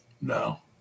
No